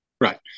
Right